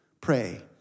pray